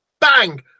bang